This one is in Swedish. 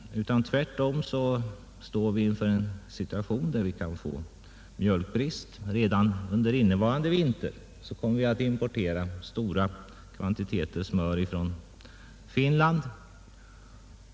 Tvärtom står vi inför en situation, där vi kan få mjölkbrist. Redan under innevarande vinter kommer vi att importera stora kvanititeter smör från Finland.